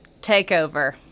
Takeover